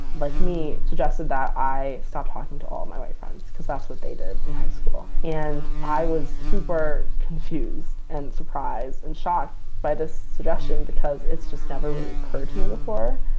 like me suggested that i stop talking to all of my white friends because that's what they did in high school. and i was super confused and surprised and shocked by this suggestion because it's just never really occurred to me before.